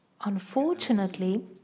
unfortunately